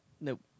Nope